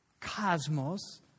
cosmos